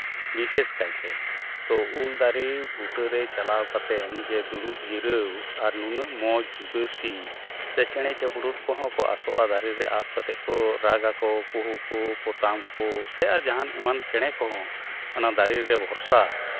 ᱵᱤᱥᱮᱥ ᱠᱟᱭᱛᱮ ᱛᱳ ᱩᱞ ᱫᱟᱨᱮ ᱵᱩᱴᱟᱹᱨᱮ ᱪᱟᱞᱟᱣ ᱠᱟᱛᱮᱫ ᱡᱮ ᱫᱩᱲᱩᱵ ᱡᱤᱨᱟᱹᱣ ᱟᱨ ᱱᱩᱱᱟᱹᱜ ᱢᱚᱡᱽ ᱡᱩᱰᱟᱹᱥᱤ ᱥᱮ ᱪᱮᱬᱮ ᱪᱤᱯᱨᱩᱫ ᱠᱚᱦᱚᱸ ᱠᱚ ᱟᱥᱚᱜᱼᱟ ᱫᱟᱨᱮ ᱨᱮ ᱟᱵ ᱠᱟᱛᱮᱫ ᱠᱚ ᱨᱟᱜᱽ ᱟᱠᱚ ᱠᱩᱦᱩ ᱠᱩᱦᱩ ᱯᱚᱛᱟᱢ ᱠᱚ ᱥᱮ ᱟᱨ ᱡᱟᱦᱟᱱ ᱮᱢᱟᱱ ᱪᱮᱬᱮ ᱠᱚᱦᱚᱸ ᱚᱱᱟ ᱫᱟᱨᱮ ᱨᱮ ᱵᱷᱚᱨᱥᱟ